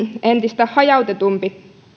entistä hajautetumman